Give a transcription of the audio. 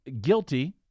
guilty